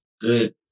good